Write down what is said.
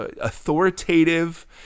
authoritative